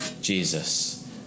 Jesus